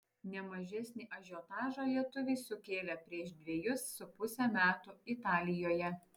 ne mažesnį ažiotažą lietuviai sukėlė prieš dvejus su puse metų italijoje